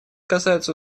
касаются